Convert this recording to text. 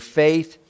faith